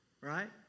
right